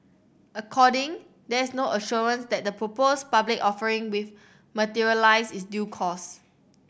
according there is no assurance that the proposed public offering with materialise is due course